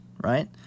right